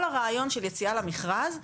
כל הרעיון של היציאה למכרז,